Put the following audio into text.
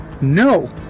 No